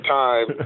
time